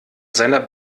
seiner